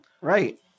Right